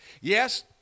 Yes